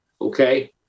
okay